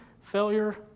failure